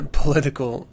political